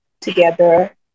together